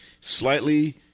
slightly